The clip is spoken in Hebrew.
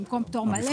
במקום פטור מלא.